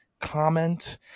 comment